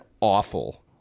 awful